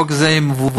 "חוק זה מבוטל",